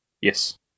Yes